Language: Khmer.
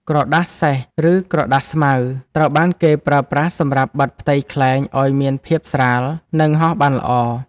ក្រដាសសែស ឬក្រដាសស្មៅ ត្រូវបានគេប្រើប្រាស់សម្រាប់បិទផ្ទៃខ្លែងឱ្យមានភាពស្រាល និងហោះបានល្អ។